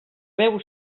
beu